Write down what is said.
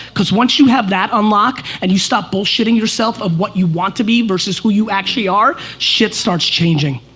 cause once you have that unlocked and you stop bullshitting yourself of what you want to be versus who you actually are, shit starts changing.